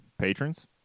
Patrons